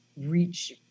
reach